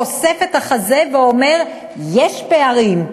חושף את החזה, ואומר: יש פערים?